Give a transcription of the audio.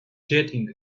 jetting